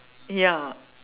ya